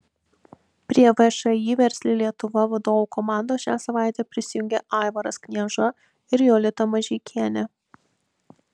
prie všį versli lietuva vadovų komandos šią savaitę prisijungė aivaras knieža ir jolita mažeikienė